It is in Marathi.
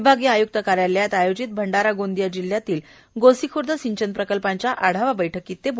विभागीय आयुक्त कार्यालयात आयोजित भंडारा गोंदिया जिल्ह्यातील गोसीखुर्द सिंचन प्रकल्पांच्या आढावा बैठकीत ते बोलत होते